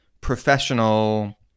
professional